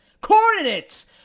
Coordinates